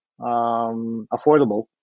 affordable